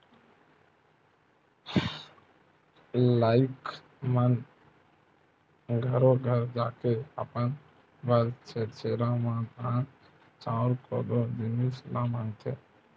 लइका मन घरो घर जाके अपन बर छेरछेरा म धान, चाँउर, कोदो, जिनिस ल मागथे